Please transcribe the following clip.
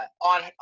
on